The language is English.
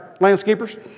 landscapers